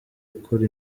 ukora